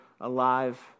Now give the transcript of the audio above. alive